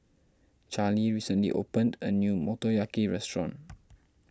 Charlie recently opened a new Motoyaki restaurant